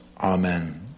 Amen